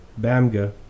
Bamga